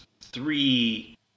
three